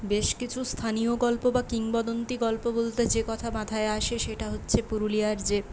বেশ কিছু স্থানীয় গল্প বা কিংবদন্তি গল্প বলতে যে কথা মাথায় আসে সেটা হচ্ছে পুরুলিয়ার যে